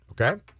Okay